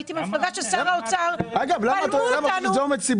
הייתי במפלגה של שר האוצר ובלמו אותנו,